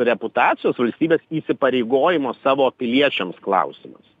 reputacijos valstybės įsipareigojimo savo piliečiams klausimas